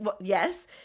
yes